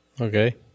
Okay